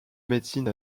médecine